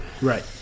Right